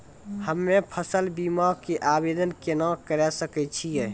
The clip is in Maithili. हम्मे फसल बीमा के आवदेन केना करे सकय छियै?